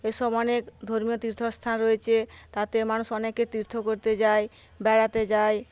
এসব অনেক ধর্মীয় তীর্থস্থান রয়েছে তাতে মানুষ অনেকে তীর্থ করতে যায় বেড়াতে যায়